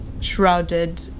shrouded